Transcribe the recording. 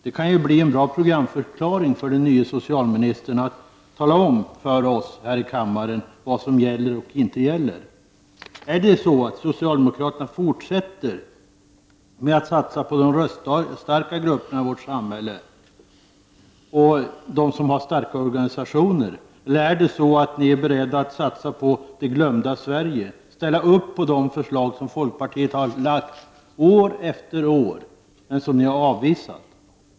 Det kan ju bli en bra programförklaring från den nya socialministern att tala om för oss här i kammaren vad som gäller och inte gäller. Fortsätter socialdemokraterna att satsa på de röststarka grupperna i vårt samhälle och på dem som har starka organisationer? Eller är ni beredda att satsa på det glömda Sverige, att ställa upp på de förslag som folkpartiet har lagt fram år efter år men som ni har avvisat?